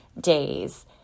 days